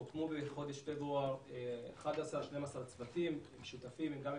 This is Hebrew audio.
הוקמו בחודש פברואר 12-11 צוותים שותפים גם עם